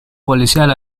policial